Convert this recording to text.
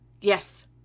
Yes